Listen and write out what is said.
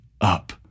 up